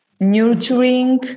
nurturing